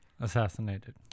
assassinated